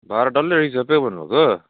भाडा डल्लै रिजर्वै भन्नुभएको